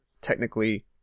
technically